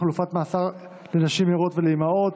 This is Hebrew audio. חלופת מאסר לנשים הרות ולאימהות),